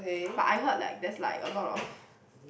but I heard like there's like a lot of